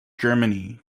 germany